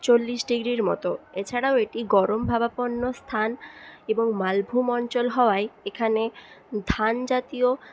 চল্লিশ ডিগ্রির মতো এছাড়াও এটি গরমভাবাপন্ন স্থান এবং মালভূম অঞ্চল হওয়ায় এখানে ধানজাতীয়